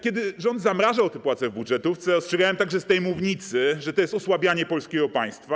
Kiedy rząd zamrażał płace w budżetówce, ostrzegałem także z tej mównicy, że to jest osłabianie polskiego państwa.